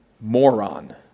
Moron